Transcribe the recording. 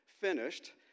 finished